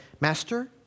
Master